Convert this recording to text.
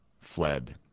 fled